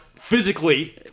physically